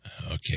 Okay